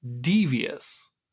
Devious